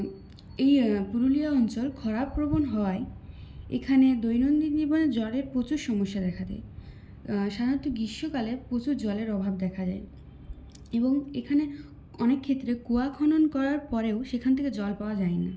এই পুরুলিয়া অঞ্চল খরাপ্রবণ হওয়ায় এখানে দৈনন্দিন জীবনে জলের প্রচুর সমস্যা দেখা দেয় সাধারণত গ্রীষ্মকালে প্রচুর জলের অভাব দেখা দেয় এবং এখানে অনেক ক্ষেত্রে কুয়া খনন করার পরেও সেখান থেকে জল পাওয়া যায়না